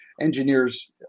Engineers